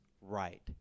right